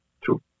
True